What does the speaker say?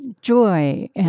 joy